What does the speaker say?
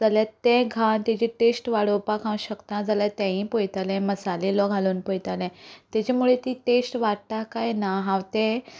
जाल्यार तें घालून ताजी टेस्ट वाडोवपाक हांव शकतां जाल्यात तेंवूय पळयतलें मसालो इल्लो घालून पळयतलें ताजे मुळे ती टेस्ट वाडटा काय ना हांव तें